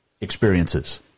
experiences